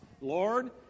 Lord